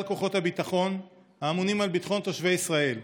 כוחות הביטחון האמונים על ביטחון תושבי ישראל.